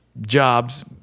jobs